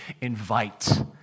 invite